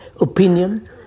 opinion